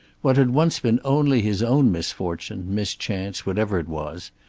what had once been only his own misfortune, mischance, whatever it was,